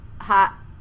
hot